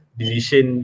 decision